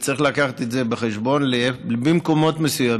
וצריך להביא את זה בחשבון במקומות מסוימים.